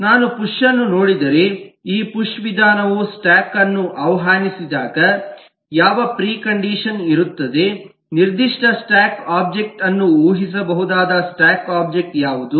ನಾನು ಪುಶ್ ಅನ್ನು ನೋಡಿದರೆ ಈ ಪುಶ್ ವಿಧಾನವು ಸ್ಟಾಕ್ ಅನ್ನು ಆಹ್ವಾನಿಸಿದಾಗ ಯಾವ ಪ್ರಿಕಂಡಿಷನ್ ಇರುತ್ತದೆ ನಿರ್ದಿಷ್ಟ ಸ್ಟಾಕ್ ಒಬ್ಜೆಕ್ಟ್ ಅನ್ನು ಊಹಿಸಬಹುದಾದ ಸ್ಟಾಕ್ ಒಬ್ಜೆಕ್ಟ್ ಯಾವುದು